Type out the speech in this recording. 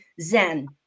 zen